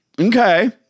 Okay